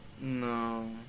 No